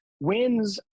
wins